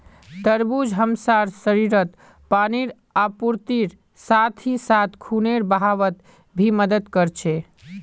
तरबूज हमसार शरीरत पानीर आपूर्तिर साथ ही साथ खूनेर बहावत भी मदद कर छे